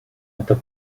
это